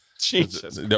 Jesus